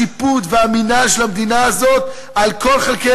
השיפוט והמינהל של המדינה הזאת על כל חלקי